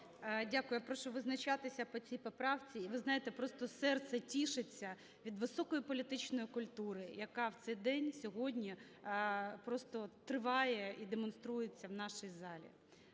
Дякую. Прошу визначатися по цій поправці. І ви знаєте, просто серце тішиться від високої політичної культури, яка в цей день сьогодні просто триває і демонструється в нашій залі.